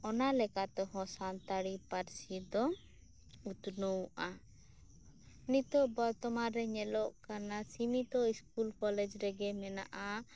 ᱚᱱᱟᱞᱮᱠᱟᱛᱮᱦᱚᱸ ᱥᱟᱱᱛᱟᱲᱤ ᱯᱟᱹᱨᱥᱤ ᱫᱚ ᱩᱛᱱᱟᱹᱣᱚᱜᱼᱟ ᱱᱤᱛᱚᱜ ᱵᱚᱨᱛᱚᱢᱟᱱ ᱨᱮ ᱧᱮᱞᱚᱜ ᱠᱟᱱᱟ ᱥᱤᱢᱤᱛᱚ ᱤᱥᱠᱩᱞ ᱠᱚᱞᱮᱡᱽ ᱨᱮᱜᱮ ᱢᱮᱱᱟᱜᱼᱟ